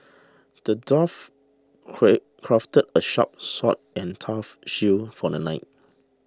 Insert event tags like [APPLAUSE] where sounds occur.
the dwarf [UNINTELLIGIBLE] crafted a sharp sword and a tough shield for the knight